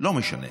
לא משנה.